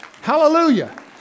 Hallelujah